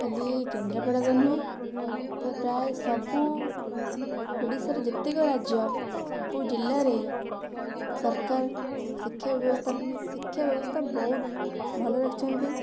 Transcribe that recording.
ଖାଲି ଏଇ କେନ୍ଦ୍ରାପଡ଼ାରେ ନୁହେଁ ତ ପ୍ରାୟେ ସବୁ ଓଡ଼ିଶାର ଯେତିକ ରାଜ୍ୟ ସବୁ ଜିଲ୍ଲାରେ ସରକାର ଶିକ୍ଷା ବ୍ୟବସ୍ଥା ଶିକ୍ଷା ବ୍ୟବସ୍ଥା ବହୁତ ଭଲ ରଖିଛନ୍ତି